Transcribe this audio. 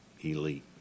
elite